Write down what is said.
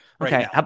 Okay